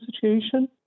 situation